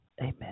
Amen